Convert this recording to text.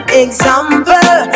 example